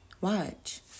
Watch